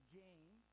game